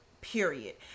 period